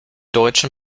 deutschen